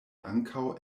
ankaŭ